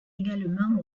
également